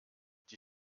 die